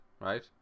right